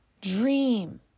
Dream